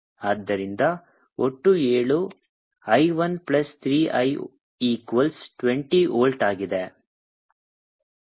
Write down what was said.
ಆದ್ದರಿಂದ ಒಟ್ಟು ಏಳು I 1 plus 3 I equals 20 volt ಆಗಿದೆ